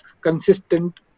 consistent